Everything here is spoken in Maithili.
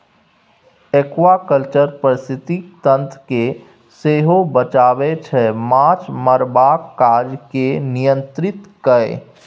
एक्वाकल्चर पारिस्थितिकी तंत्र केँ सेहो बचाबै छै माछ मारबाक काज केँ नियंत्रित कए